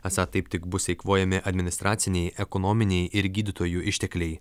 esą taip tik bus eikvojami administraciniai ekonominiai ir gydytojų ištekliai